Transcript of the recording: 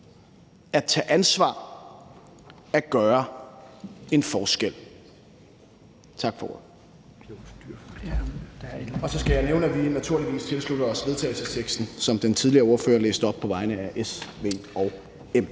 at tage ansvar og at gøre en forskel. Tak for ordet. Og så skal jeg nævne, at vi naturligvis tilslutter os vedtagelsesteksten, som den tidligere ordfører læste op på vegne af S, V og M.